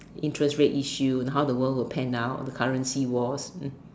the interest rate issue and how the world will pen down the currency was